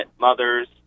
mothers